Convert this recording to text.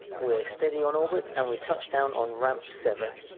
we're steady on orbit and we touch down on ramp seven.